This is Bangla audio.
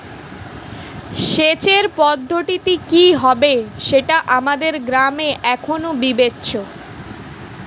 সেচের পদ্ধতিটি কি হবে সেটা আমাদের গ্রামে এখনো বিবেচ্য